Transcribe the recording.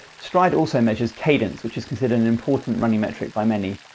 stryd also measures cadence, which is considered an important running metric by many,